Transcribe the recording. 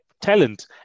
talent